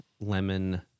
lemon